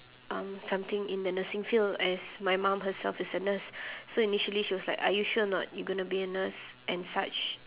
um something in the nursing field as my mum herself is a nurse so initially she was like are you sure or not you gonna be a nurse and such